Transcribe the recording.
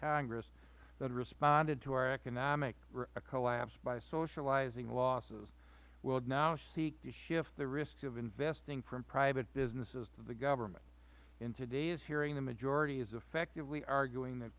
congress that responded to our economic collapse by socializing losses will now seek to shift the risk of investing from private businesses to the government in today's hearing the majority is effectively arguing th